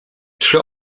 czy